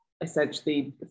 essentially